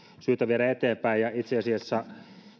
syytä viedä eteenpäin ja itse asiassa